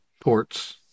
ports